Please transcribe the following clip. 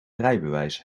rijbewijs